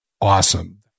awesome